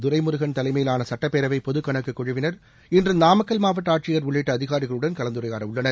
துரைமுருகன் தலைமையிலான சட்டப்பேரவை பொதுக் கணக்குக் குழுவினர் இன்று நாமக்கல் மாவட்ட ஆட்சியர் உள்ளிட்ட அதிகாரிகளுடன் கலந்துரையாடவுள்ளனர்